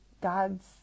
God's